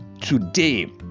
today